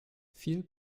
viel